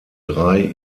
drei